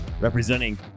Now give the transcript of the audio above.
representing